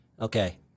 Okay